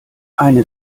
eine